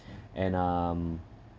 and um